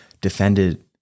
defended